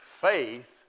faith